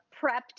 prepped